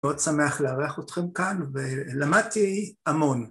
מאוד שמח לארח אתכם כאן ולמדתי המון.